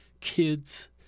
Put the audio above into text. kids